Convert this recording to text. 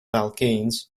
alkenes